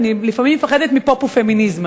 לפעמים אני מפחדת מפופופמיניזם,